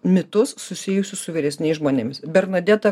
mitus susijusius su vyresniais žmonėmis bernadeta